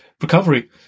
recovery